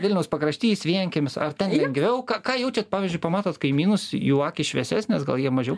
vilniaus pakraštys vienkiemis ar ten lengviau ką ką jaučiat pavyzdžiui pamatot kaimynus jų akys šviesesnės gal jie mažiau